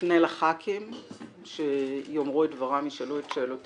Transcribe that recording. נפנה לחברי הכנסת שיאמרו את דברם וישאלו את שאלותיהם,